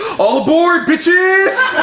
all aboard, bitches!